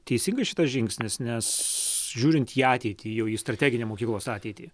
teisingas šitas žingsnis nes žiūrint į ateitį jau į strateginę mokyklos ateitį